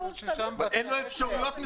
כשהוא צריך --- לציבור אין אפשרויות.